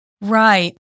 Right